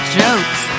jokes